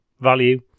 value